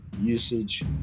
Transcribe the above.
usage